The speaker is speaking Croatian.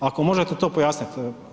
Ako možete to pojasnit.